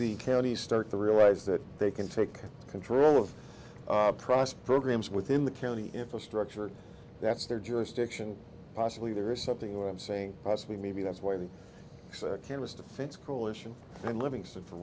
the counties start to realize that they can take control of price programs within the county infrastructure that's their jurisdiction possibly there is something where i'm saying possibly maybe that's why they canvassed a fence coalition and livingston f